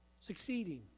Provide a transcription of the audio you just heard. succeeding